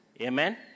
Amen